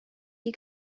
die